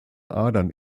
adern